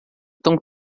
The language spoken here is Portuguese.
tão